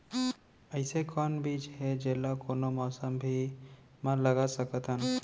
अइसे कौन बीज हे, जेला कोनो मौसम भी मा लगा सकत हन?